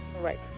Right